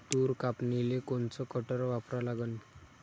तूर कापनीले कोनचं कटर वापरा लागन?